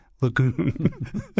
lagoon